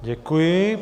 Děkuji.